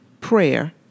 prayer